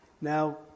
Now